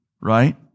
Right